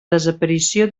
desaparició